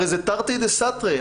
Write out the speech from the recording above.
הרי זה תרתי דסתרי.